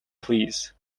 please